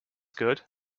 good